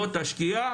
בוא תשקיע,